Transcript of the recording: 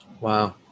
wow